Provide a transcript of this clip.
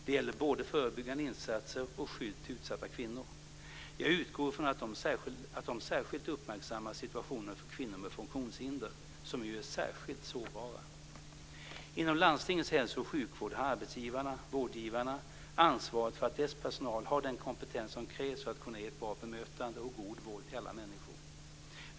Det gäller både förebyggande insatser och skydd till utsatta kvinnor. Jag utgår ifrån att de särskilt uppmärksammar situationen för kvinnor med funktionshinder, som ju är särskilt sårbara. Inom landstingens hälso och sjukvård har arbetsgivarna och vårdgivarna ansvaret för att dess personal har den kompetens som krävs för att kunna ge ett bra bemötande och god vård till alla människor.